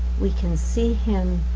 we can see him,